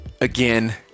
again